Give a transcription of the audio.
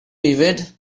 evade